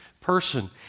person